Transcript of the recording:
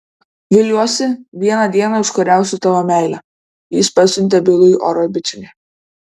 viliuosi vieną dieną užkariausiu tavo meilę jis pasiuntė bilui oro bučinį